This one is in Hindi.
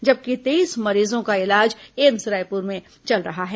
जबकि तेईस मरीजों का इलाज एम्स रायपुर में चल रहा है